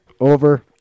over